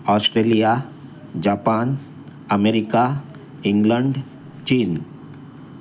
Australia Japan America England China